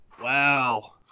Wow